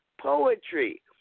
poetry